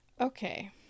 Okay